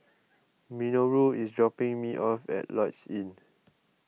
Minoru is dropping me off at Lloyds Inn